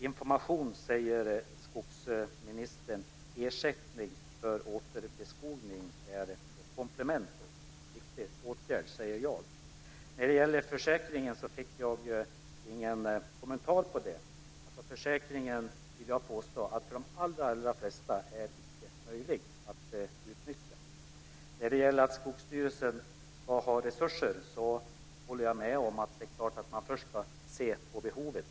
Information, säger ministern. Ersättning för återbeskogning är ett komplement och en viktig åtgärd, säger jag. Jag fick ingen kommentar till detta med försäkringen. Jag vill påstå att för de allra flesta är det icke möjligt att utnyttja den. När det gäller resurser till Skogsstyrelsen håller jag med om att man först ska se till behovet.